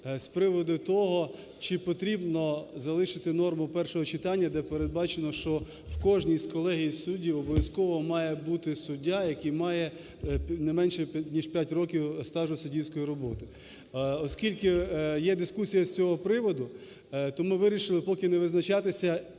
з приводу того, чи потрібно залишити норму першого читання, де передбачено, що в кожній з колегії суддів обов'язково має бути суддя, який має не менше ніж 5 років стажу суддівської роботи. Оскільки є дискусія з цього приводу, то ми вирішили поки не визначатися